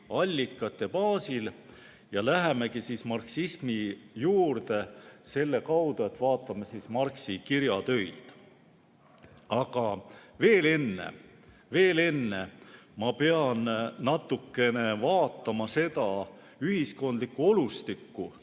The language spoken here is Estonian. allikate baasil. Lähemegi marksismi juurde selle kaudu, et vaatame Marxi kirjatöid. Aga veel enne pean ma natukene vaatama seda ühiskondlikku olustikku,